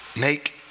make